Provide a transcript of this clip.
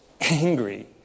angry